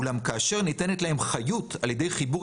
אולם כאשר ניתנת להם חיות על ידי חיבור